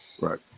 Right